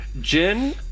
gin